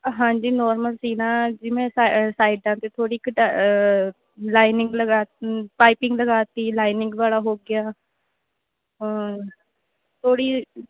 ਹਾਂਜੀ ਨੋਰਮਲ ਸੀਣਾ ਜਿਵੇਂ ਸਾ ਸਾਈਡਾਂ 'ਤੇ ਥੋੜ੍ਹੀ ਕਢ ਲਾਈਨਿੰਗ ਲਗਾ ਪਾਈਪਿੰਗ ਲਗਾਤੀ ਲਾਈਨਿੰਗ ਵਾਲ਼ਾ ਹੋ ਗਿਆ ਥੋੜ੍ਹੀ